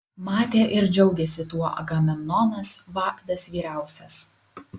matė ir džiaugėsi tuo agamemnonas vadas vyriausias